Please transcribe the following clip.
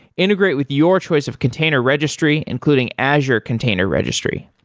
integrate with your choice of container registry, including azure container registry.